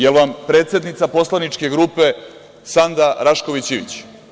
Da li vam je predsednica poslaničke grupe Sanda Rašković Ivić?